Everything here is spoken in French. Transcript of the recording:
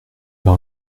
pas